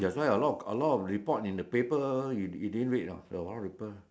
that's why a lot a lot of report in the paper you did you didn't read you know on the paper